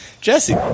Jesse